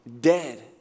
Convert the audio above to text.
dead